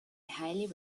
highly